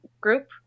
group